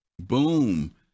boom